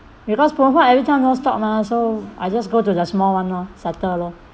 because phoon huat every time no stock mah so I just go to the small one lor subtle lor